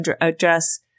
address